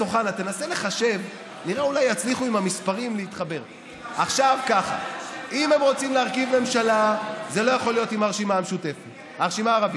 בואו נעשה אולי מספרים אחרים: אולי נפחית את ה-11 או 12 של לפיד,